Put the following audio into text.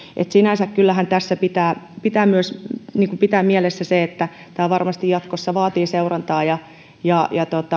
eli sinänsä kyllähän tässä pitää pitää myös pitää mielessä se että tämä varmasti jatkossa vaatii seurantaa ja